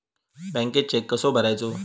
बँकेत चेक कसो भरायचो?